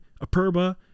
Aperba